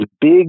big